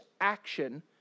action